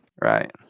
Right